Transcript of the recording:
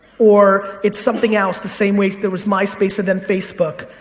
or it's something else, the same way there was myspace and then facebook,